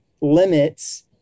limits